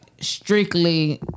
strictly